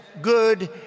good